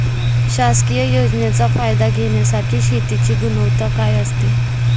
शासकीय योजनेचा फायदा घेण्यासाठी शेतीची गुणवत्ता काय असते?